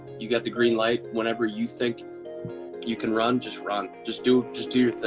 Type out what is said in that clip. you got the green light. whenever you think you can run, just run. just do just do your thing.